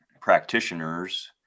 practitioners